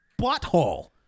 butthole